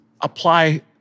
apply